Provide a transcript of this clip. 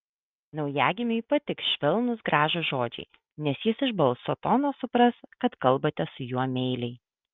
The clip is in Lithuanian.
naujagimiui patiks švelnūs gražūs žodžiai nes jis iš balso tono supras kad kalbate su juo meiliai